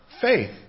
faith